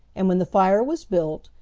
and when the fire was built,